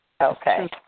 Okay